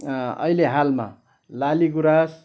अहिले हालमा लालि गुराँस